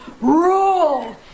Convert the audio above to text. rule